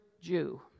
Jew